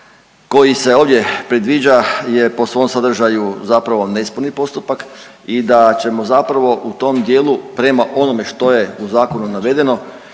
koji se ovdje predviđa je po svom sadržaju zapravo nesporni postupak i da ćemo zapravo u tom dijelu prema onome što je u zakonu navedeno